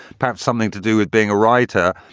perhaps something to do with being a writer.